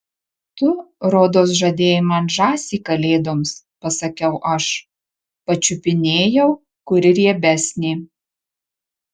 tu rodos žadėjai man žąsį kalėdoms pasakiau aš pačiupinėjau kuri riebesnė